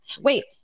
Wait